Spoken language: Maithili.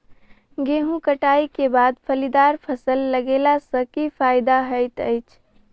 गेंहूँ कटाई केँ बाद फलीदार फसल लगेला सँ की फायदा हएत अछि?